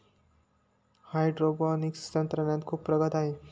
hydroponics तंत्रज्ञान खूप प्रगत आहे